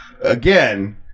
again